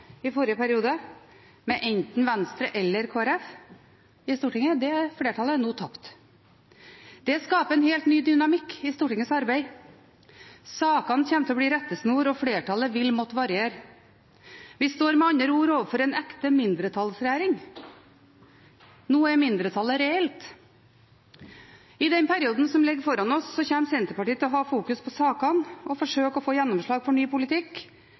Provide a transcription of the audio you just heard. i forrige periode, med enten Venstre eller Kristelig Folkeparti, er nå tapt. Det skaper en helt ny dynamikk i Stortingets arbeid. Sakene kommer til å bli rettesnor, og flertallet vil måtte variere. Vi står med andre ord overfor en ekte mindretallsregjering. Nå er mindretallet reelt. I den perioden som ligger foran oss, kommer Senterpartiet til å fokusere på sakene og forsøke å få gjennomslag for ny politikk,